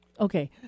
Okay